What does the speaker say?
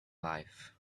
life